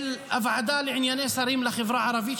של הוועדה לענייני שרים לחברה הערבית,